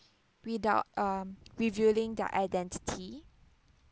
without um revealing their identity